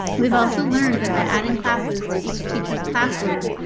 we've also learned that by adding classes to each teachers class load.